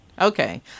Okay